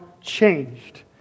changed